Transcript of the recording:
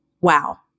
Wow